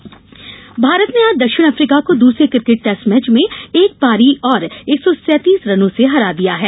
cricket Bharat ने आज दक्षिण अफ्रीका को दूसरे क्रिकेट टेस्ट मैच में एक पारी और एक सौ सैंतीस रनों से हरा दिया है